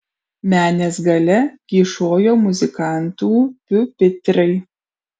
menės gale kyšojo muzikantų piupitrai